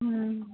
हँ